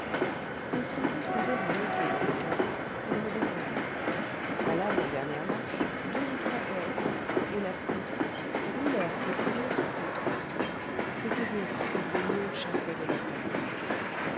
espérant trouver un levier dans le caveau il redescendit à l'avant-dernière marche deux ou trois corps ronds élastiques roulèrent et fuirent sous ses pieds c'étaient des rats que l'eau chassait de leurs retraites